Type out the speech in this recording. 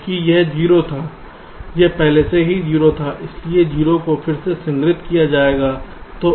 क्योंकि यह 0 था यह पहले से ही 0 था इसलिए 0 को फिर से संग्रहीत किया जाएगा